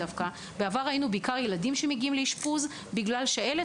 בעבר ראינו בעיקר ילדים שמגיעים לאשפוז בגלל שעלת,